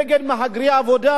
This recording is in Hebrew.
נגד מהגרי עבודה,